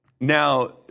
Now